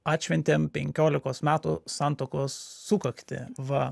atšventėm penkiolikos metų santuokos sukaktį va